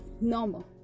normal